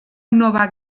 nova